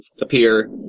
appear